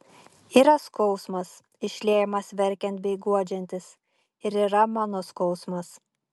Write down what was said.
yra skausmas išliejamas verkiant bei guodžiantis ir yra mano skausmas